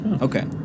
Okay